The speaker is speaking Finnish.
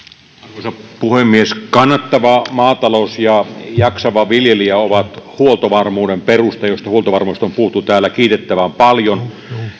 arvoisa puhemies kannattava maatalous ja jaksava viljelijä ovat huoltovarmuuden perusta josta huoltovarmuudesta on puhuttu täällä kiitettävän paljon